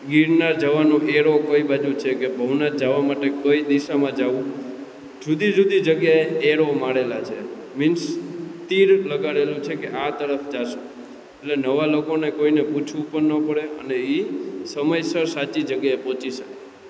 ગિરનાર જવાનો એરો કઈ બાજુ છે કે ભવનાથ જાવા માટે કઈ દિશામાં જાવું જુદી જુદી જગ્યાએ એરો મરેલા છે મિન્સ તીર લગાડેલું છે કે આ તરફ જાશો એટલે નવા લોકોને કોઈને પૂછવું પણ નો પડે અને એ સમયસર સાચી જગ્યાએ પહોંચી શકે